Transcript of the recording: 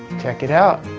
check it out.